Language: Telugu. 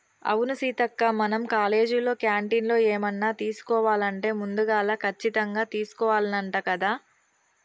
అవును సీతక్క మనం కాలేజీలో క్యాంటీన్లో ఏమన్నా తీసుకోవాలంటే ముందుగాల కచ్చితంగా తీసుకోవాల్నంట కదా